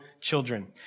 children